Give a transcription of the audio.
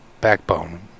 backbone